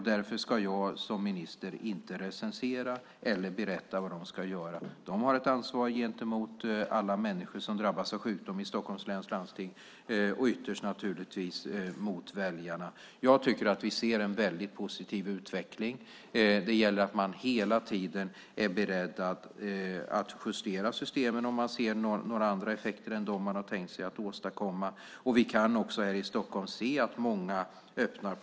Därför ska jag som minister inte recensera dem eller berätta för dem vad de ska göra. De har ett ansvar gentemot alla människor som drabbas av sjukdom i Stockholms läns landsting och ytterst naturligtvis mot väljarna. Jag tycker att vi ser en väldigt positiv utveckling. Det gäller att man hela tiden är beredd att justera systemen om man ser några andra effekter än dem man har tänkt sig att åstadkomma, och vi kan också här i Stockholm se att många öppnar verksamheter.